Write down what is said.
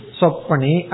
sopani